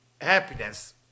Happiness